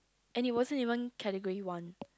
and it wasn't even category one